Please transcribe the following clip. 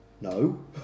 No